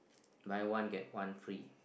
buy one get one free